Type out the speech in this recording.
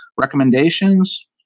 recommendations